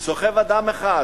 סוחב אדם אחד.